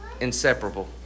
Inseparable